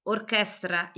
Orchestra